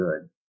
good